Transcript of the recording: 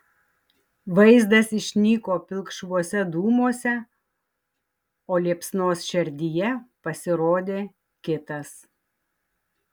vaizdas išnyko pilkšvuose dūmuose o liepsnos šerdyje pasirodė kitas